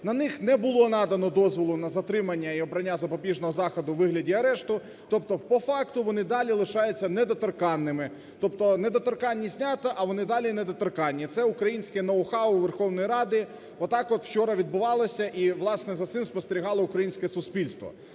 на них не було надано дозволу на затримання і обрання запобіжного заходу у вигляді арешту. Тобто по факту вони далі лишаються недоторканними, тобто недоторканність знята, а вони далі недоторканні. Це українське ноу-хау Верховної Ради отак от вчора відбувалося. І, власне, за цим спостерігало українське суспільство.